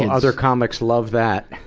and other comics love that!